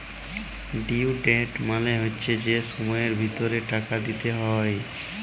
due date মালে হচ্যে যে সময়ের ভিতরে টাকা দিতে হ্যয়